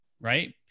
Right